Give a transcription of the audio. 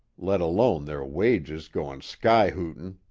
let alone their wages goin' sky-hootin'!